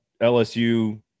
LSU